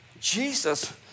Jesus